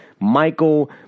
Michael